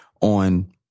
on